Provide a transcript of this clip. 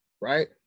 right